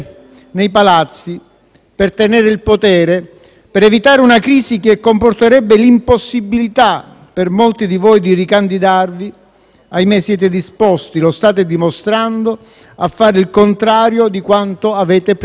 per tenere il potere, per evitare una crisi che comporterebbe l'impossibilità per molti di voi di ricandidarsi - ahimè - siete disposti - e lo state dimostrando - a fare il contrario di quanto avete predicato per anni.